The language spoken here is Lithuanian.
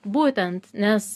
būtent nes